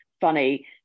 funny